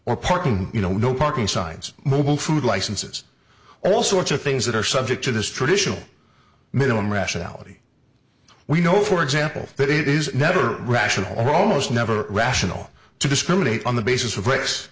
or parking you know no parking signs mobile food licenses all sorts of things that are subject to this traditional minimum rationality we know for example that it is never rational or almost never rational to discriminate on the basis of race